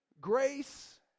grace